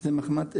זה מחמת העישון.